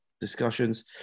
discussions